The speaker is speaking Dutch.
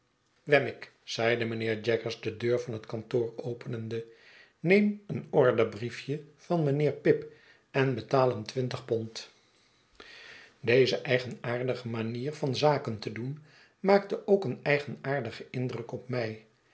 wemmick zeide mijnheer jaggers de deur van het kantoor openende neem een orderbriefje van mijnheer pip en betaal hem twintig pond groote verwachtingen deze eigenaardige manier van zaken te doen maakte ook een eigenaardigen indruk op mij